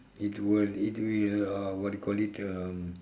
it's will it will uh what do you call it um